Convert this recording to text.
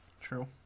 true